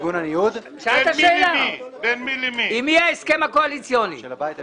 של הבית היהודי.